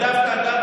ודווקא,